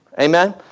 Amen